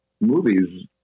movies